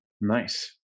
Nice